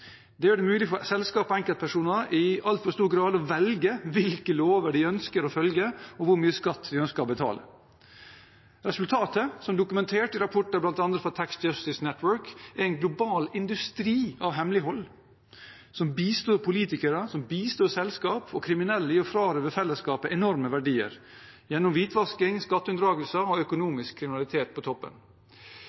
Det gjør det mulig for selskaper og enkeltpersoner i altfor stor grad å velge hvilke lover de ønsker å følge, og hvor mye skatt de ønsker å betale. Resultatet, som dokumentert i rapporter bl.a. fra Tax Justice Network, er en global industri av hemmelighold, som bistår politikere, selskaper og kriminelle i å frarøve fellesskapet enorme verdier gjennom hvitvasking, skatteunndragelser og økonomisk kriminalitet på toppen.